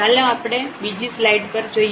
તો ચાલો આપણે બીજી સ્લાઇડ પર જઈએ